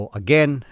again